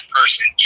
person